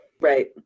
Right